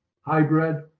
hybrid